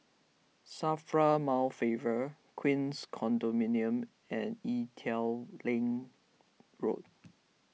Safra Mount Favor Queens Condominium and Ee Teow Leng Road